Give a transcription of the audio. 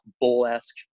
bull-esque